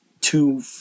two